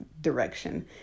direction